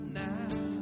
now